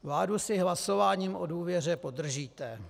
Vládu si hlasováním o důvěře podržíte.